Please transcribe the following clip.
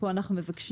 כאן אנחנו מבקשים